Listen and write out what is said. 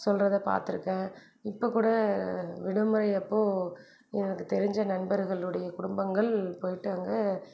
சொல்றதை பார்த்துருக்கேன் இப்போ கூட விடுமுறை அப்போ எனக்கு தெரிஞ்ச நண்பர்களுடைய குடும்பங்கள் போய்ட்டு அங்கே